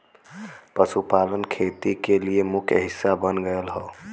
पशुपालन खेती के मुख्य हिस्सा बन गयल हौ